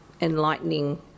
enlightening